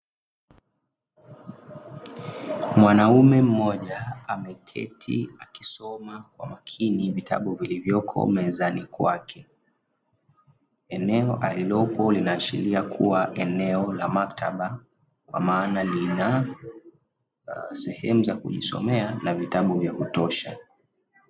Mwanaume mmoja ameketi akisoma kwa umakini vitabu vilivyoko mezani kwake, eneo alilopo linaashiria kuwa ni eneo la maktaba kwa maana lina sehemu za kujisomea na vitabu vya kutosha.